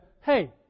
hey